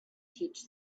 teach